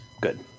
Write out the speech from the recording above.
good